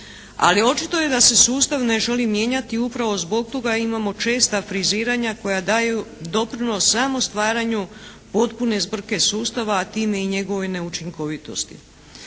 ali očito je da se sustav ne želi mijenjati upravo zbog toga imamo česta friziranja koja daju doprinos samo stvaranju potpune zbrke sustava a time i njegove neučinkovitosti.